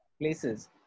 places